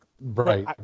Right